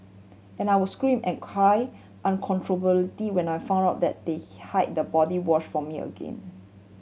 and I would scream and cry when I found out that they hid the body wash from me again